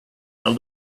have